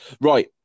right